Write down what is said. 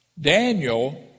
Daniel